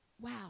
Wow